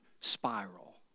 spiral